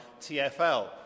TfL